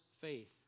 faith